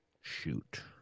shoot